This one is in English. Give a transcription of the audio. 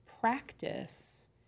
practice